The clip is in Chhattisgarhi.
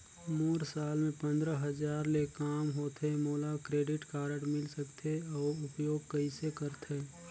मोर साल मे पंद्रह हजार ले काम होथे मोला क्रेडिट कारड मिल सकथे? अउ उपयोग कइसे करथे?